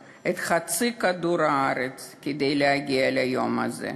את חצי כדור-הארץ/ כדי להגיע ליום הזה,